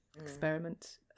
experiment